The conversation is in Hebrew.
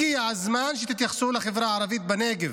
הגיע הזמן שתתייחסו לחברה הערבית בנגב,